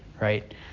right